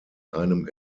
einem